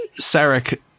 Sarek